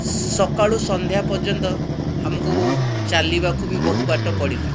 ସକାଳୁ ସନ୍ଧ୍ୟା ପର୍ଯ୍ୟନ୍ତ ଆମକୁ ଚାଲିବାକୁ ବି ବହୁ ବାଟ ପଡ଼ିଲା